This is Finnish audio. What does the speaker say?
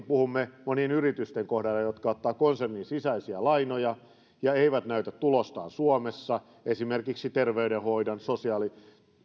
puhumme monien yritysten kohdalla jotka ottavat konsernin sisäisiä lainoja eivätkä näytä tulostaan suomessa esimerkiksi terveydenhoidon